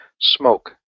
smoke